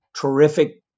terrific